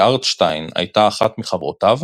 שארטשטיין הייתה אחת מחברותיו,